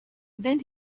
then